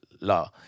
law